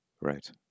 Right